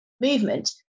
movement